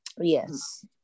Yes